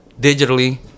digitally